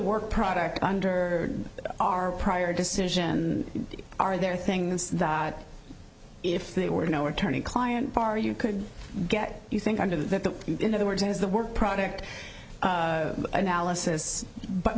work product under our prior decision are there things that if they were no attorney client bar you could get you think under the in other words is the work product analysis but